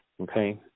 Okay